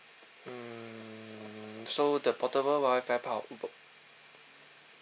mm so the portable Wi-Fi pal~ ble~